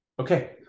Okay